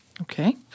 Okay